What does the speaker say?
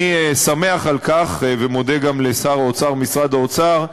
אני שמח, ומודה על כך גם לשר האוצר ולמשרד האוצר,